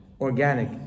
organic